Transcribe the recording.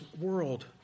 world